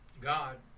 God